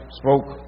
spoke